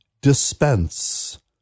dispense